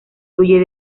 fluye